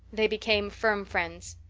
they became firm friends.